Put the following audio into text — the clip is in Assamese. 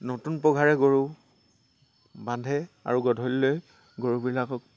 নতুন পঘাৰে গৰু বান্ধে আৰু গধূলিলৈ গৰুবিলাকক